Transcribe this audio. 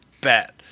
bet